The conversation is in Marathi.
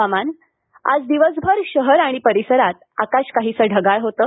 हवामान आज दिवसभर शहर आणि परिसरात आकाश काहीसं ढगाळ होतं